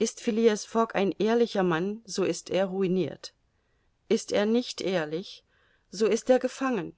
phileas fogg ein ehrlicher mann so ist er ruinirt ist er nicht ehrlich so ist er gefangen